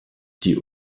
die